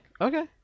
okay